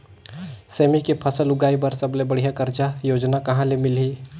सेमी के फसल उगाई बार सबले बढ़िया कर्जा योजना कहा ले मिलही?